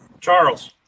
Charles